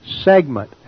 segment